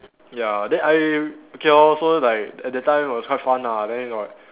ya then I okay lor so like at that time was quite fun ah then got